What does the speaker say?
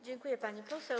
Dziękuję, pani poseł.